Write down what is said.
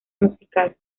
musical